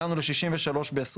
הגענו ל-63 ב-2021,